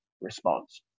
response